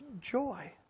joy